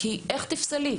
איך תפסלי?